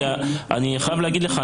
כי אני חייב להגיד לך,